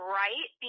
right